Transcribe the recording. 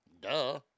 Duh